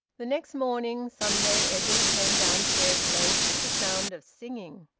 the next morning, sunday, edwin came downstairs late, to the sound of singing.